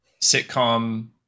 sitcom